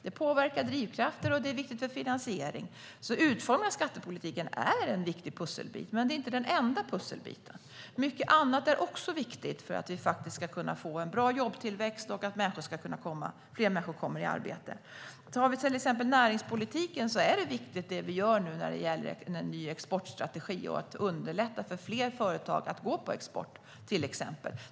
De påverkar drivkrafter och är viktiga för finansieringen. Utformningen av skattepolitiken är en viktig pusselbit. Men det är inte den enda pusselbiten. Mycket annat är också viktigt för att vi ska kunna få en bra jobbtillväxt och för att fler människor ska kunna komma i arbete. Det som vi nu gör inom näringspolitiken är viktigt. Det handlar till exempel om en ny exportstrategi och om att underlätta för fler företag att exportera.